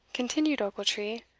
continued ochiltree,